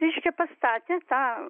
reiškia pastatė tą